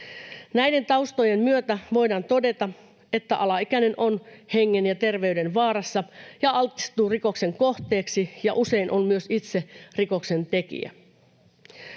Näiden taustojen myötä voidaan todeta, että alaikäinen on hengen- ja terveydenvaarassa ja altistuu rikoksen kohteeksi ja usein on myös itse rikoksentekijä.